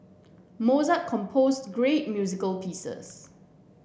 Mozart composed great music pieces